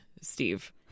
Steve